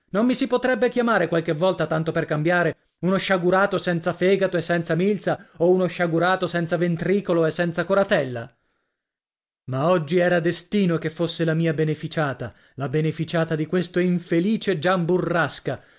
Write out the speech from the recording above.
non mi si potrebbe chiamare qualche volta tanto per cambiare uno sciagurato senza fegato e senza milza o uno sciagurato senza ventricolo e senza coratella ma oggi era destino che fosse la mia beneficiata la beneficiata di questo infelice gian burrasca